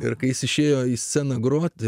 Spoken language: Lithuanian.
ir kai jis išėjo į sceną groti